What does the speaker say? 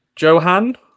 Johan